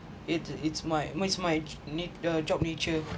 it it's my it's my i~ uh job nature